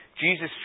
Jesus